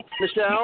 Michelle